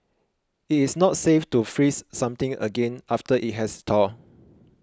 it is not safe to freeze something again after it has thawed